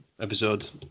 episodes